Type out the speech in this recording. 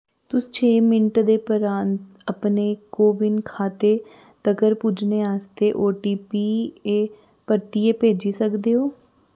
तुस छे मिंट दे प्रांत अपने कोविन खाते तक्कर पुज्जने आस्तै ओटीपी ऐ परतियै भेजी सकदे ओ